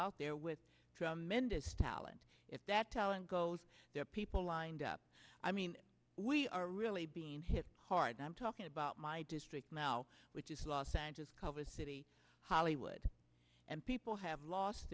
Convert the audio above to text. out there with tremendous talent if that talent goes there are people lined up i mean we are really being hit hard i'm talking about my district now which is los angeles cover city hollywood and people have lost